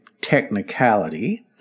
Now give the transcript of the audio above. technicality